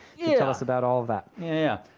yeah us about all of that. yeah,